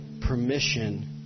permission